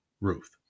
Ruth